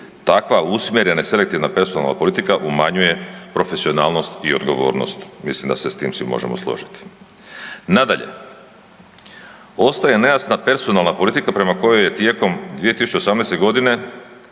Takva usmjerena i selektivna personalna politika umanjuje profesionalnost i odgovornost, mislim da se s tim svi možemo složiti. Nadalje, ostaje nejasna personalna politika prema kojoj je tijekom 2018.g.